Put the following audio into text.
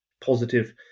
positive